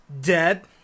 Dead